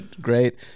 great